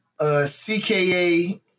CKA